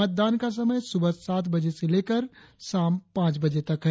मतदान का समय सुबह सात बजे से लेकर शाम पांच बजे तक है